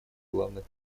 главных